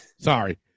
Sorry